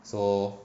so